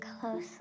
closely